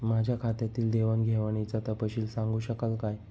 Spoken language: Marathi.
माझ्या खात्यातील देवाणघेवाणीचा तपशील सांगू शकाल काय?